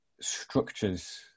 structures